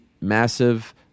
massive